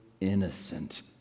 innocent